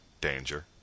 danger